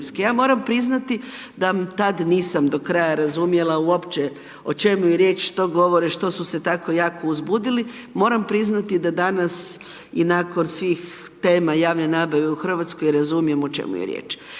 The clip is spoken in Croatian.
Ja moram priznati da tad nisam do kraja razumjela uopće o čemu je riječ, što govore, što su se tako jako uzbudili, moram priznati da danas i nakon svih tema javne nabave u Hrvatskoj, razumijem o čemu je riječ.